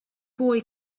boy